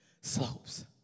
slopes